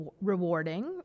rewarding